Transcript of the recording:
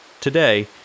Today